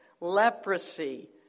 leprosy